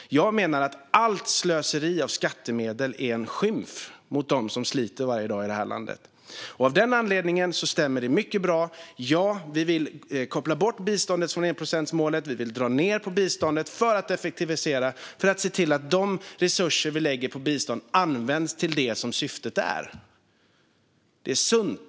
Jag menar att allt slöseri med skattemedel är en skymf mot dem som sliter varje dag i detta land. Av den anledningen stämmer det mycket bra att vi vill koppla bort biståndet från enprocentsmålet, att vi vill dra ned på biståndet, för att effektivisera och för att se till att de resurser som vi lägger på bistånd används till det som syftet är. Det är sunt.